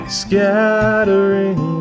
scattering